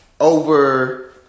over